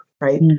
right